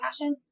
Passion